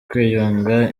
kwiyunga